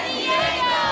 Diego